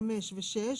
(5) ו-(6),